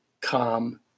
calm